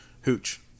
Hooch